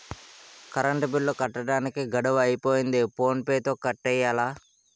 current bill కట్టడానికి గడువు అయిపోతంది ఫోన్ పే తో కట్టియ్యాల